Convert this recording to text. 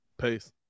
Peace